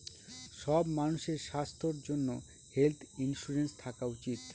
সব মানুষের স্বাস্থ্যর জন্য হেলথ ইন্সুরেন্স থাকা উচিত